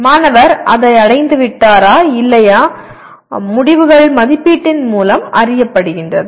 மாணவர் அதை அடைந்துவிட்டாரா இல்லையா முடிவுகள் மதிப்பீட்டின் மூலம் அறியப்படுகின்றது